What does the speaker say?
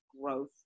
growth